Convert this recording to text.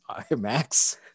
IMAX